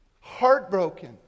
heartbroken